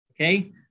okay